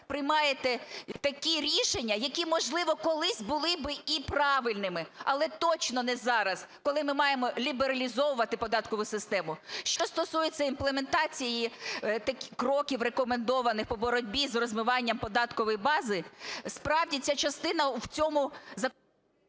приймаєте такі рішення, які, можливо, колись були б і правильними, але точно не зараз, коли ми маємо лібералізовувати податкову систему? Що стосується імплементації кроків, рекомендованих по боротьбі з розмиванням податкової бази, справді, ця частина в цьому…